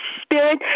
spirit